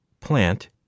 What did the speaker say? plant